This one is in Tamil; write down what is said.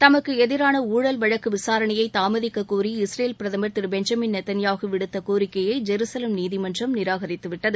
தமக்கு எதிரான ஊழல் வழக்கு விசாரணையை தமாதிக்கக் கோரி இஸ்ரேல் பிரதமா் திரு பெஞ்சமின் நெத்தன்யாகு விடுத்த கோரிக்கையை ஜெருசலம் நீதிமன்றம் நிராகரித்துவிட்டது